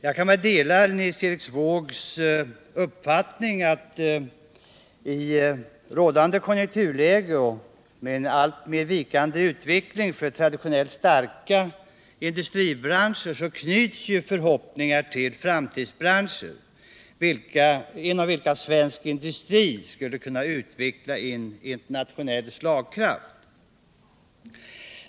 Jag kan dela Nils-Erik Wåågs uppfattning att i rådande konjunkturläge med en alltmer vikande utveckling för traditionellt starka industribranscher knyts förhoppningar till framtidsbranscher, genom vilka svensk industri skulle kunna utveckla en internationell slagkraft.